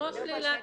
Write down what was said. כמו שלילת